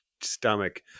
stomach